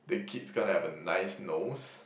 the kids gonna have a nice nose